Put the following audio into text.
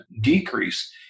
decrease